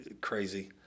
Crazy